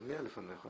מי היה לפניך?